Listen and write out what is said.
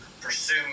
pursue